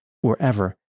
wherever